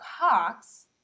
Cox